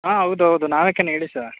ಹಾಂ ಹೌದೌದು ನಾವೆಕೇನು ಹೇಳಿ ಸರ್